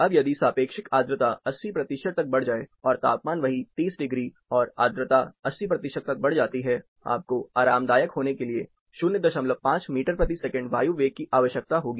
अब यदि सापेक्षिक आर्द्रता 80 प्रतिशत तक बढ़ जाती है और तापमान वही 30 डिग्री और आर्द्रता 80 प्रतिशत तक बढ़ जाती है आपको आरामदायक होने के लिए 05 मीटर प्रति सेकंड वायु वेग की आवश्यकता होगी